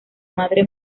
madre